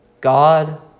God